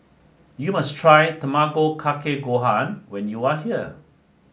you must try Tamago Kake Gohan when you are here